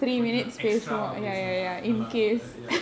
கொஞ்சம்:konjam extra பேசினாநல்லாஇருக்கும்ல:pesina nalla irukkumla ya